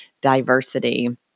diversity